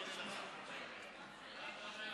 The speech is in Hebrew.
מה אתה אומר,